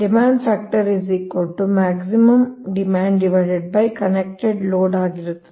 demand factor maximum demand connected loadಲೋಡ್ ಆಗಿರುತ್ತದೆ